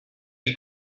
die